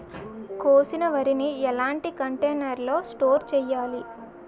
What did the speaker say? కోసిన వరిని ఎలాంటి కంటైనర్ లో స్టోర్ చెయ్యాలి?